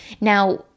Now